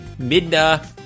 Midna